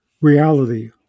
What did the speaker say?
reality